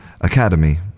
academy